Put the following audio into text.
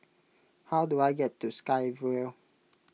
how do I get to Sky Vue